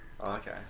okay